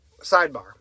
sidebar